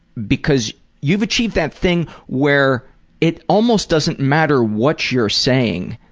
because you've achieved that thing where it almost doesn't matter what you're saying,